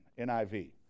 NIV